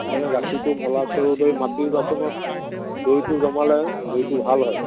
সেইকাৰণে গাখীৰটো মলা চৰু দৈ মাটিৰ বাচনত দৈটো জমালে দৈটো ভাল হয়